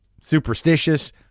superstitious